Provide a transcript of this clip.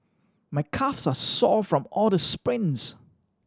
my calves are sore from all the sprints